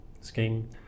scheme